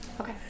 Okay